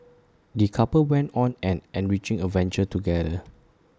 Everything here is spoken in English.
the couple went on an enriching adventure together